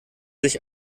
sich